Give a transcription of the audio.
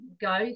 go